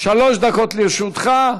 שלוש דקות לרשותך,